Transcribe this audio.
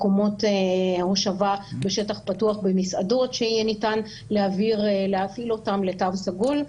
מקומות הושבה בשטח פתוח במסעדות שיהיה ניתן להפעיל אותם לתו סגול.